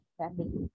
family